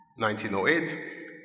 1908